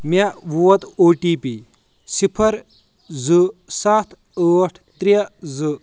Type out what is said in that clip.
مےٚ ووت O T P صِفر زٕ سَتھ ٲٹھ ترٛےٚ زٕ